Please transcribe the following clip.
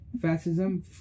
fascism